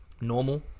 normal